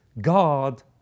God